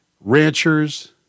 ranchers